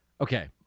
Okay